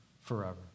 forever